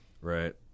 right